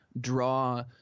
draw